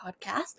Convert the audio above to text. podcast